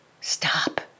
stop